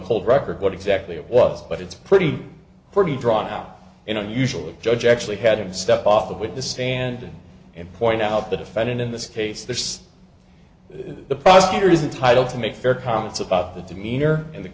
cold record what exactly it was but it's pretty pretty drawn out you know usually judge actually had to step off the witness stand and point out the defendant in this case there's the prosecutor's entitle to make their comments about the demeanor and the